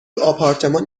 آپارتمان